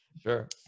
sure